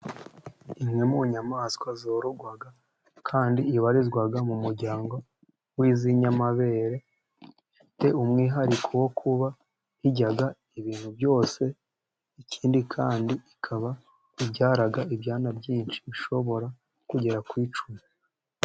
Imwe mu nyamaswa zororwa kandi ibarizwa mu muryango w'iz'inyamabere, ifite umwihariko wo kuba irya ibintu byose ikindi kandi ikaba ibyara ibyana byinshi, bishobora kugera ku icumi.